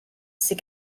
sydd